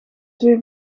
twee